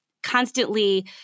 constantly